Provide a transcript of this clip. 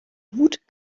wut